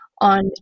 on